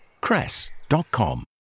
Cress.com